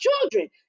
children